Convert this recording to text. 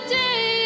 day